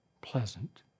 pleasant